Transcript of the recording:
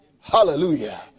Hallelujah